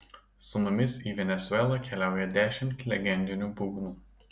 su mumis į venesuelą keliauja dešimt legendinių būgnų